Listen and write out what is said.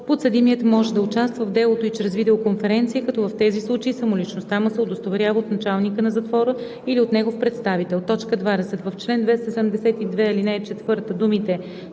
подсъдимият може да участва в делото и чрез видеоконференция, като в тези случаи самоличността му се удостоверява от началника на затвора или от негов представител.“ 20. В чл. 272, ал. 4 думите